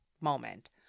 moment